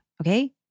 Okay